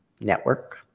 network